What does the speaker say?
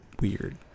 weird